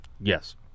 Yes